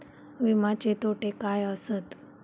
विमाचे तोटे काय आसत?